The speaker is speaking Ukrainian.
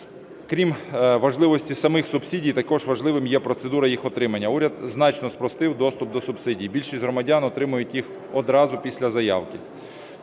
Крім важливості самих субсидій також важливим є процедура їх отримання. Уряд значно спростив доступ до субсидій. Більшість громадян отримають їх одразу після заявки.